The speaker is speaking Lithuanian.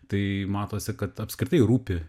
tai matosi kad apskritai rūpi